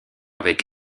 avec